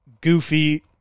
goofy